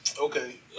okay